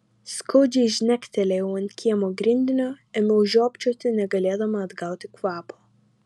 skaudžiai žnektelėjau ant kiemo grindinio ėmiau žiopčioti negalėdama atgauti kvapo